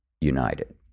united